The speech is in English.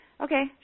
okay